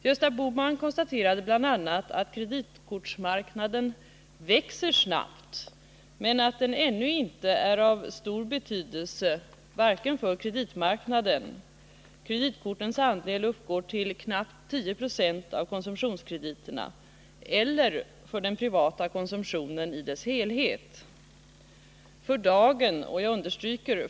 Gösta Bohman konstaterade bl.a. att kreditkortsmarknaden växer snabbt men att den ännu inte är av stor betydelse vare sig för kreditmarknaden — kreditkortens andel uppgår till knappt 10 90 av konsumtionskrediterna — eller för den privata konsumtionen i dess helhet.